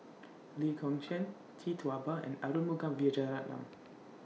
Lee Kong Chian Tee Tua Ba and Arumugam Vijiaratnam